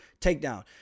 takedown